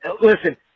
Listen